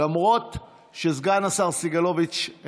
למרות שסגן השר סגלוביץ'